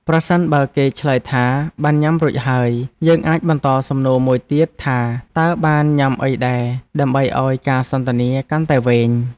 ប្រសិនបើគេឆ្លើយថាបានញ៉ាំរួចហើយ យើងអាចបន្តសំណួរមួយទៀតថាតើបានញ៉ាំអីដែរដើម្បីឱ្យការសន្ទនាកាន់តែវែង។